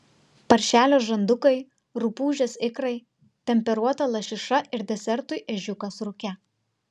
paršelio žandukai rupūžės ikrai temperuota lašiša ir desertui ežiukas rūke